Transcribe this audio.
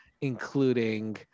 including